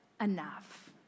enough